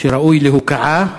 שראוי להוקעה.